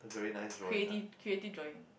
creative creative drawing